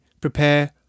prepare